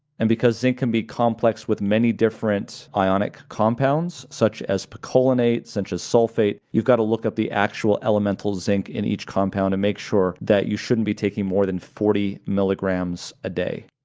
and because zinc can be complex with many different ionic compounds, such as picolinate, such as sulfate, you've got to look up the actual elemental zinc in each compound and make sure that you shouldn't be taking more than forty milligrams a day.